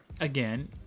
again